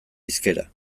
hizkera